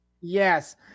yes